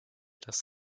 das